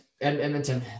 edmonton